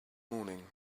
morning